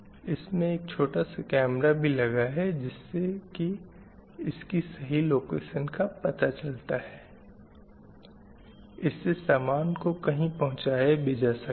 इसमें एक छोटा सा कैमरा भी है जिससे की इसकी सही लोकेशन का पता चलता है इससे समान को कहीं पहुँचाया भी जा सकता है